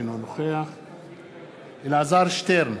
אינו נוכח אלעזר שטרן,